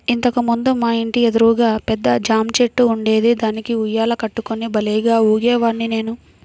ఇంతకు ముందు మా ఇంటి ఎదురుగా పెద్ద జాంచెట్టు ఉండేది, దానికి ఉయ్యాల కట్టుకుని భల్లేగా ఊగేవాడ్ని నేను